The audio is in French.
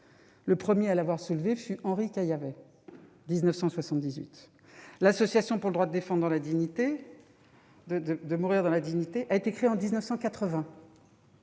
Le premier à l'avoir soulevé a été Henri Caillavet, en 1978. L'Association pour le droit de mourir dans la dignité (ADMD) a été créée en 1980.